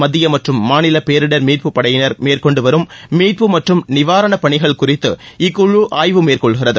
மத்திய மற்றும் மாநில் பேரிடர் மீட்புப் படையினர் மேற்கொண்டு வரும் மீட்பு மற்றும் நிவாரண பணிகள் குறித்து இக்குழு ஆய்வு மேற்கொள்கிறது